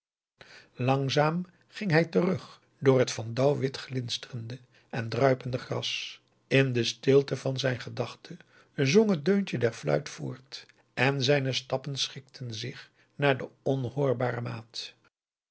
langzaam ging hij terug door het van dauw wit glinsterende en druipende gras in de stilte van zijn gedachten zong het deuntje der fluit voort en zijne stappen schikten zich naar de onhoorbare maat